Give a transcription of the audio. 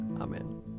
Amen